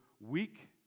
weak